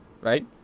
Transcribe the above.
Right